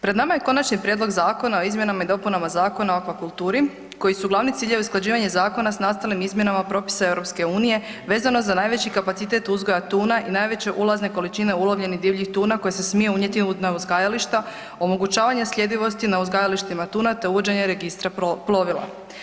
Pred nama je Konačni prijedlog zakona o izmjenama i dopunama Zakona o aquakulturi koji su glavni ciljevi usklađivanja zakona sa nastalim izmjenama propisa EU vezano za najveći kapacitet uzgoja tune i najveće ulazne količine ulovljenih divljih tuna koje se smiju unijeti na uzgajališta, omogućavanje sljedivosti na uzgajalištima tuna, te uvođenje registra plovila.